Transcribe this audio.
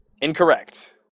Incorrect